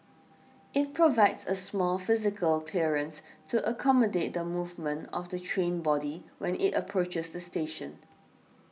it provides a small physical clearance to accommodate the movement of the train body when it approaches the station